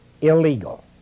Illegal